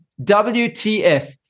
WTF